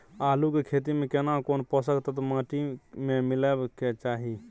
आलू के खेती में केना कोन पोषक तत्व माटी में मिलब के चाही?